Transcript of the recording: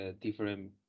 different